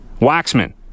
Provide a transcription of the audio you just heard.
Waxman